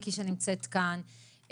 בניסן תשפ"ב,